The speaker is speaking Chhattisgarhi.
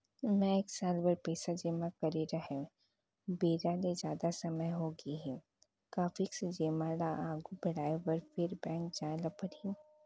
मैं एक साल बर पइसा जेमा करे रहेंव, बेरा ले जादा समय होगे हे का फिक्स जेमा ल आगू बढ़ाये बर फेर बैंक जाय ल परहि?